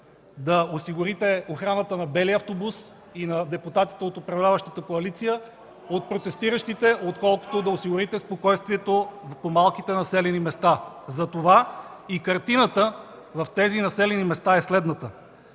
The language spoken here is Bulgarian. да осигурите охраната на белия автобус и на депутатите от управляващата коалиция от протестиращите, отколкото да осигурите спокойствието по малките населени места. Затова и картината в тези населени места е следната.